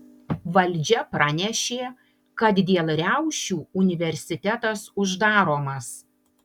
valdžia pranešė kad dėl riaušių universitetas uždaromas